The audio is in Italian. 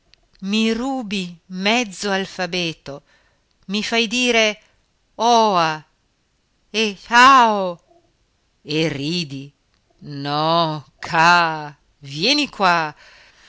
i rubi mezzo alfabeto mi fai dire oa e cao e ridi no caa vieni qua